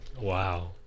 Wow